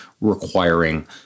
requiring